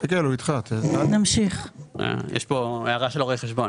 יש כאן הערה של רואי חשבון.